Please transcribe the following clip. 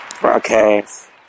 broadcast